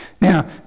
Now